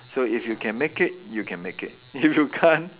so if you can make it you can make it if you can't